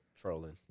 Trolling